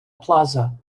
plaza